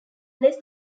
less